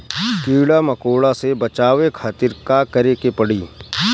कीड़ा मकोड़ा से बचावे खातिर का करे के पड़ी?